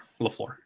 LaFleur